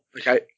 Okay